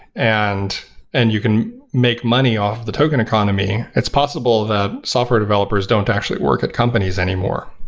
and and you can make money off the token economy. it's possible that software developers don't actually work at companies anymore,